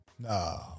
no